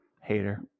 Hater